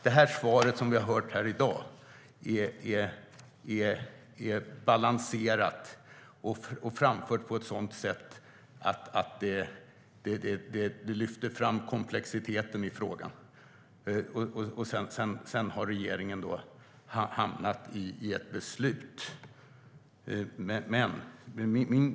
Det svar vi har hört här i dag är balanserat och framfört på ett sådant sätt att det lyfter fram komplexiteten i frågan. Sedan har regeringen hamnat i ett beslut.